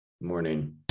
Morning